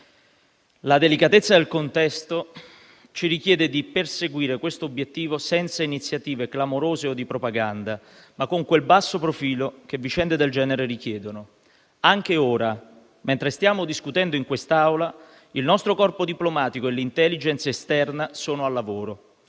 La delicatezza del contesto ci richiede di perseguire questo obiettivo senza iniziative clamorose o di propaganda ma con quel basso profilo che vicende del genere richiedono. Anche ora, mentre stiamo discutendo in quest'Aula, il nostro corpo diplomatico e l'*intelligence* esterna sono al lavoro.